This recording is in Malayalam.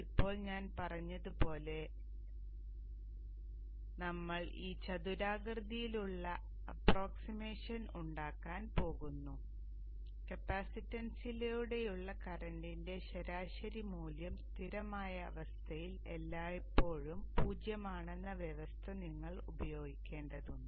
ഇപ്പോൾ ഞാൻ പറഞ്ഞതുപോലെ ഞങ്ങൾ ഈ ചതുരാകൃതിയിലുള്ള അപ്പ്രോക്സിമഷൻ ഉണ്ടാക്കാൻ പോകുന്നു കപ്പാസിറ്റൻസിലൂടെയുള്ള കറന്റിന്റെ ശരാശരി മൂല്യം സ്ഥിരമായ അവസ്ഥയിൽ എല്ലായ്പ്പോഴും പൂജ്യമാണെന്ന വ്യവസ്ഥ നിങ്ങൾ ഉപയോഗിക്കേണ്ടതുണ്ട്